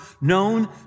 known